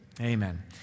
Amen